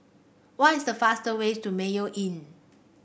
what is the fastest way to Mayo Inn